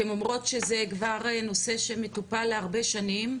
אתן אומרות שזה כבר נושא שמטופל הרבה שנים,